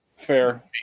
fair